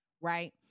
right